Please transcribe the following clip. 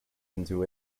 into